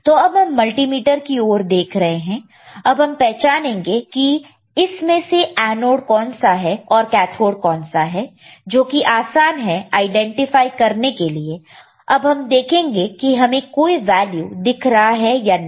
तो अब हम मल्टीमीटर की ओर देख रहे हैं अब हम पहचानेंगे कि इस में से एनोड कौन सा है और कैथोड कौन सा है जो कि आसान है आईडेंटिफाई करने के लिए अब हम देखेंगे कि हमें कोई वैल्यू दिख रहा है या नहीं